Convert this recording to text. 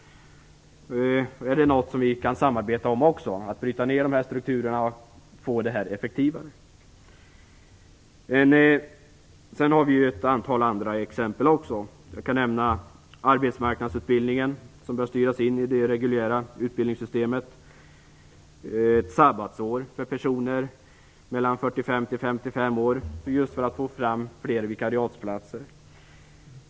Kan vi samarbeta kring att bryta ned strukturerna och få verksamheten effektivare? Vi har ett antal andra exempel också. Jag kan nämna arbetsmarknadsutbildningen, som bör styras in i det reguljära utbildningssystemet, och ett sabbatsår för personer mellan 45 och 55 år, just för att få fram fler vikariatsplatser.